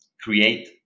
create